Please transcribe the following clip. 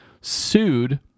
sued